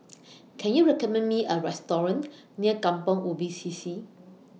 Can YOU recommend Me A Restaurant near Kampong Ubi C C